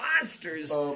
monsters